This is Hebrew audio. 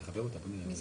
נכון.